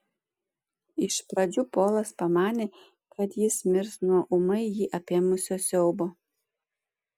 iš pradžių polas pamanė kad jis mirs nuo ūmai jį apėmusio siaubo